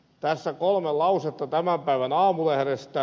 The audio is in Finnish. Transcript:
tässä kolme lausetta tämän päivän aamulehdestä